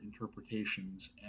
interpretations